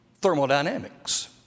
thermodynamics